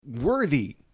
worthy